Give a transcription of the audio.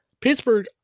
Pittsburgh